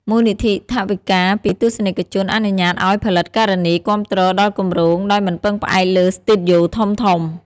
មូលនិធិថវិកាពីទស្សនិកជនអនុញ្ញាតឱ្យផលិតការនីគាំទ្រដល់គម្រោងដោយមិនពឹងផ្អែកលើស្ទូឌីយោធំៗ។